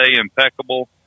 impeccable